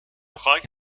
خاک